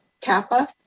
Kappa